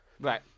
Right